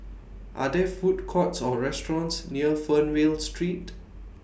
Are There Food Courts Or restaurants near Fernvale Street